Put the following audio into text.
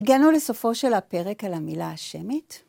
הגענו לסופו של הפרק על המילה השמית.